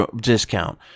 discount